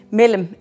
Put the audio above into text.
mellem